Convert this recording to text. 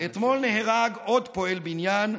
אתמול נהרג עוד פועל בניין,